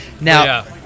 now